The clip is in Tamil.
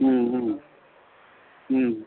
ம் ம் ம்